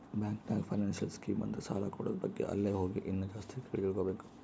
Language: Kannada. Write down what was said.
ಬ್ಯಾಂಕ್ ನಾಗ್ ಫೈನಾನ್ಸಿಯಲ್ ಸ್ಕೀಮ್ ಅಂದುರ್ ಸಾಲ ಕೂಡದ್ ಬಗ್ಗೆ ಅಲ್ಲೇ ಹೋಗಿ ಇನ್ನಾ ಜಾಸ್ತಿ ಕೇಳಿ ತಿಳ್ಕೋಬೇಕು